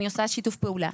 אני עושה שיתופי פעולה.